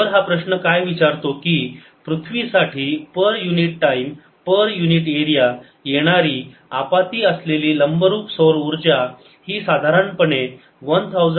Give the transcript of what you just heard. तर हा प्रश्न काय विचारतो की पृथ्वीसाठी per unit time per unit area येणारी आपाती असलेली लंब रूप सौरऊर्जा ही साधारणपणे 1350 वॅट्स पर मीटर स्क्वेअर आहे